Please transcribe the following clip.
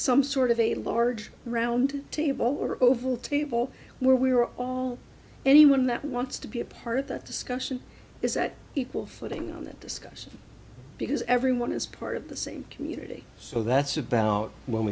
some sort of a large round table or oval table where we're all anyone that wants to be a part of that discussion is that equal footing on that discussion because everyone is part of the same community so that's about when